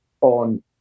on